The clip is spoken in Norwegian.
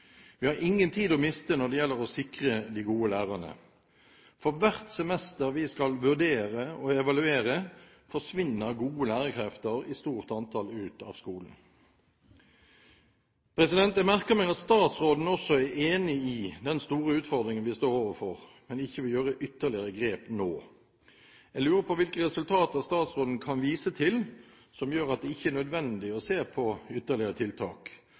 Vi har ingen tid å miste når det gjelder å sikre de gode lærerne. For hvert semester vi skal vurdere og evaluere, forsvinner gode lærerkrefter i stort antall ut av skolen. Jeg merker meg at statsråden også er enig i den store utfordringen vi står overfor, men at hun ikke vil gjøre ytterligere grep nå. Jeg lurer på hvilke resultater statsråden kan vise til som gjør at det ikke er nødvendig å se på ytterligere tiltak.